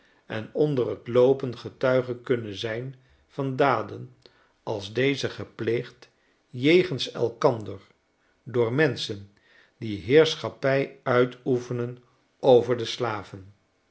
en onder t loopen getuige kunnen zijn van daden als deze gepleegd jegens elkander door menschen die heerschappij uitoefenen over de slaven